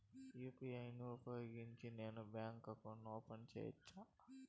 UPI ను ఉపయోగించి నేను బ్యాంకు అకౌంట్ ఓపెన్ సేయొచ్చా?